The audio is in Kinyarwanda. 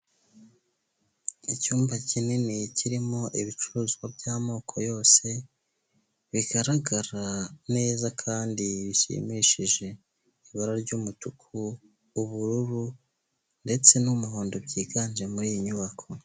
Icyumba kinini kirimo ibicuruzwa by'amoko yose, bigaragara neza kandi bishimishije. Ibara ry'umutuku, ubururu ndetse n'umuhondo byiganje muri iyi nyubako.